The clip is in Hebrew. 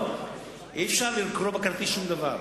אי-אפשר לקרוא בכרטיס שום דבר.